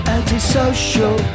Anti-social